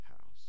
house